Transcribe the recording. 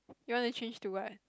you want to change to what